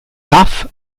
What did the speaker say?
daf